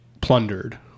plundered